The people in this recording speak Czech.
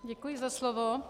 Děkuji za slovo.